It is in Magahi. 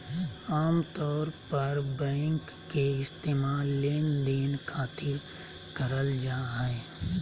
आमतौर पर बैंक के इस्तेमाल लेनदेन खातिर करल जा हय